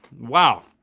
wow,